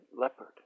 leopard